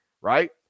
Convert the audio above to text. right